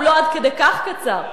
הוא לא עד כדי כך קצר.